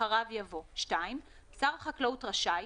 ואחריו יבוא: "(2)שר החקלאות רשאי,